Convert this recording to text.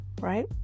right